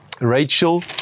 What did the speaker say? Rachel